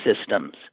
systems